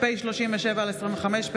פ/37/25,